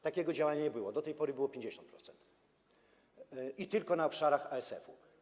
Takiego działania nie było, do tej pory to było 50% i tylko na obszarach z ASF-em.